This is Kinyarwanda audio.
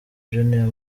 junior